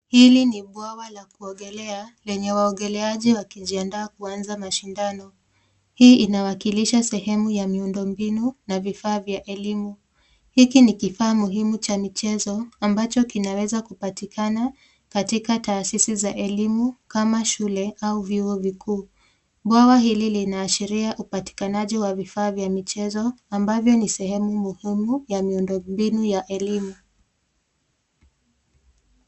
Hili ni bwawa la kuogelea lenye waogeleaji wakijiandaa kuanza mashindano. Hii inawakilisha sehemu ya miundo mbinu na vifaa vya elimu. Hiki ni kifaa muhimu ca michezo ambacho kinaweza kupatikana katika taasisi za elimu kama shule au vyuo vikuu. Bwawa hili linaashiria upatikanaji wa vifaa vya michezo ambavyo ni sehemu muhimu ya miundo mbinu muhimu.